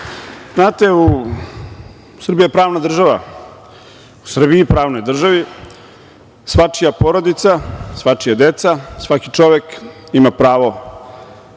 Vulin** Srbija je pravna država. U Srbiji, pravnoj državi, svačija porodica, svačija deca, svaki čovek ima pravo